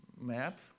map